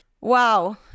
Wow